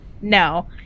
No